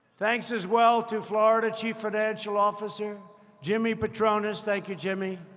thanks as well to florida chief financial officer jimmy patronis. thank you, jimmy.